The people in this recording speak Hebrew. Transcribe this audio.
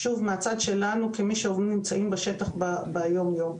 מהצד שלנו, כמי שנמצאים בשטח יום-יום.